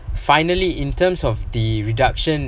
finally in terms of the reduction